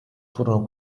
furono